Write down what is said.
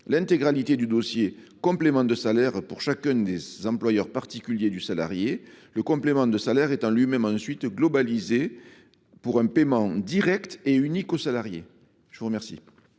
l’intégralité du dossier « complément de salaire » pour chacun des employeurs particuliers du salarié, le complément de salaire étant lui même ensuite globalisé pour un paiement direct et unique au salarié ? La parole